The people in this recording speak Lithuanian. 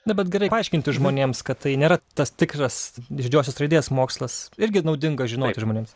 na bet gerai paaiškinti žmonėms kad tai nėra tas tikras iš didžiosios raidės mokslas irgi naudinga žinoti žmonėms